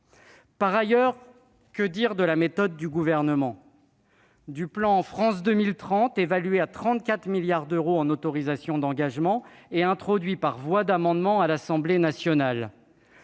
par ailleurs de la méthode du Gouvernement ? Que dire du plan France 2030, doté de 34 milliards d'euros en autorisations d'engagement et introduit par voie d'amendement à l'Assemblée nationale